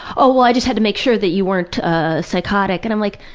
oh, well, i just had to make sure that you weren't ah psychotic. and i'm like,